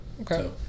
Okay